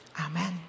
Amen